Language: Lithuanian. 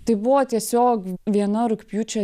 tai buvo tiesiog viena rugpjūčio